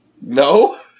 No